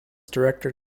director